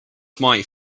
good